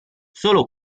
solo